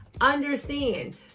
Understand